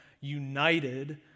united